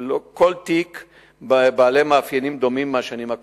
3. בכמה מהמקרים נלכדו העבריינים ומה נעשה בעניינם?